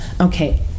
okay